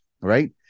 right